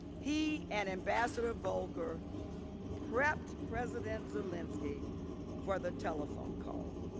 he and ambassador volker prepped president zelensky for the telephone call.